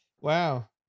Wow